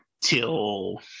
till